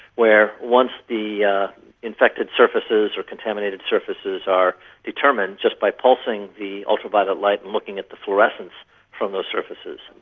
where once the yeah infected surfaces or contaminated surfaces are determined, just by pulsing the ultraviolet light and looking at the fluorescence from those surfaces,